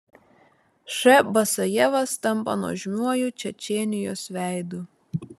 š basajevas tampa nuožmiuoju čečėnijos veidu